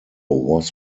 was